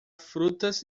frutas